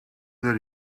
that